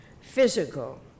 physical